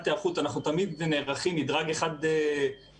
היערכות אנחנו תמיד נערכים מדרג אחד למעלה